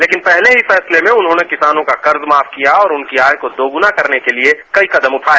लेकिन पहले ही फैसले में उन्होंने किसानों का कर्ज माफ किया और उनकी आय को दोगुना करने के लिए कई कदम उठाए